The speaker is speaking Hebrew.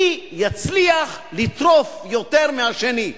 מי יצליח לטרוף יותר מהשני.